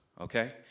okay